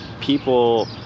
People